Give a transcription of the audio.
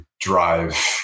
drive